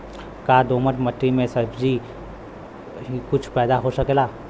का दोमट माटी में सबही कुछ पैदा हो सकेला?